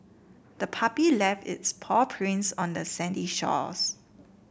the puppy left its paw prints on the sandy shores